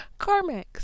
CarMax